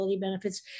benefits